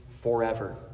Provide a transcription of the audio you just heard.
forever